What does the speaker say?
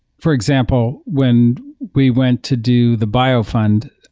for example, when we went to do the bio fund,